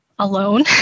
Alone